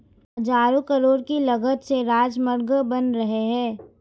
हज़ारों करोड़ की लागत से राजमार्ग बन रहे हैं